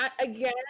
again